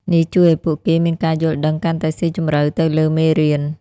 នេះជួយឲ្យពួកគេមានការយល់ដឹងកាន់តែស៊ីជម្រៅទៅលើមេរៀន។